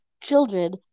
children